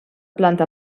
planta